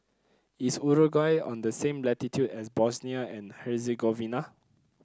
is Uruguay on the same latitude as Bosnia and Herzegovina